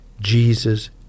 Jesus